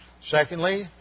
Secondly